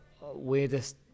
Weirdest